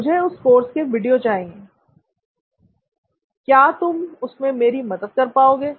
मुझे उस कोर्स के वीडियो चाहिए क्या तुम उसमें मेरी मदद कर पाओगे